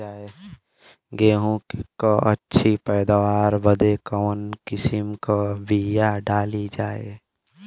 गेहूँ क अच्छी पैदावार बदे कवन किसीम क बिया डाली जाये?